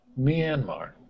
Myanmar